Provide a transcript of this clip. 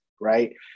right